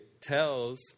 tells